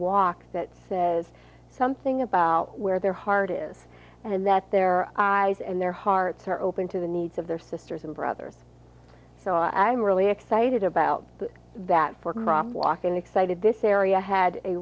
walk that says something about where their heart is and that their eyes and their hearts are open to the needs of their sisters and brothers so i'm really excited about that for crosswalk unexcited this area had a